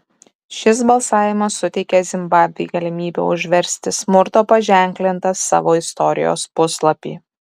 šis balsavimas suteikė zimbabvei galimybę užversti smurto paženklintą savo istorijos puslapį